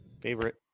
Favorite